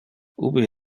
ubi